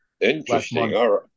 Interesting